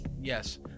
yes